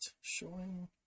showing